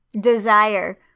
Desire